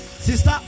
Sister